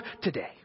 today